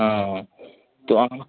हाँ तो हाँ